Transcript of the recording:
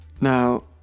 Now